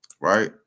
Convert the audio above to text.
right